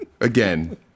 again